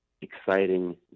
exciting